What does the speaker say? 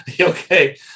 Okay